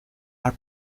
are